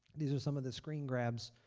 these are some of the screen grabs